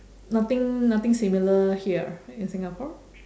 nothing nothing similar here in singapore